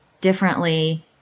differently